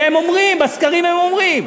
והם אומרים, בסקרים הם אומרים.